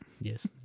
yes